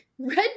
Red